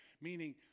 Meaning